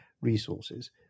resources